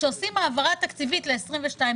כשעושים העברה תקציבית ל-22',